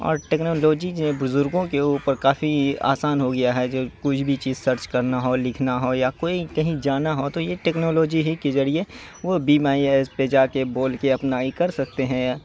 اور ٹیکنالوجی جو بزرگوں کے اوپر کافی آسان ہو گیا ہے جو کچھ بھی چیز سرچ کرنا ہو لکھنا ہو یا کوئی کہیں جانا ہو تو یہ ٹیکنالوجی ہی کے ذریعے وہ بی مائی ایپ پہ جا کے بول کے اپنا ای کر سکتے ہیں